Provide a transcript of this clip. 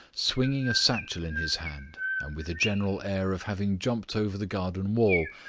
swinging a satchel in his hand and with a general air of having jumped over the garden wall,